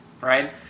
Right